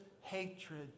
hatred